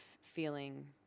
feeling